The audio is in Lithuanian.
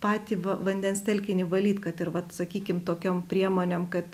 patį va vandens telkinį valyt kad ir vat sakykim tokiom priemonėm kad